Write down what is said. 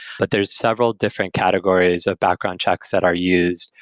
but there're several different categories of background checks that are used.